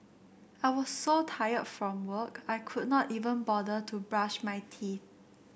I was so tired from work I could not even bother to brush my teeth